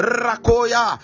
rakoya